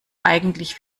eigentlich